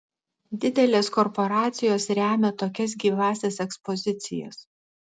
didelės korporacijos remia tokias gyvąsias ekspozicijas